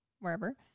wherever